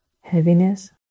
Heaviness